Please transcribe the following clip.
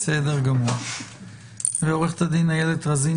חברותיי וחבריי,